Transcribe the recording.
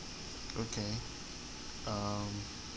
okay um